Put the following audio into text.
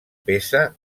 peça